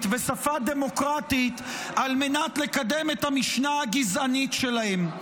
ושפה דמוקרטית על מנת לקדם את המשנה הגזענית שלהם.